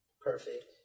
perfect